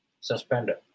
suspended